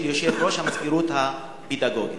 של יושב-ראש המזכירות הפדגוגית.